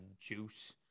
juice